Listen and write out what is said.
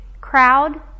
Crowd